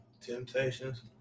Temptations